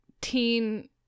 teen